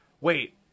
wait